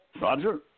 Roger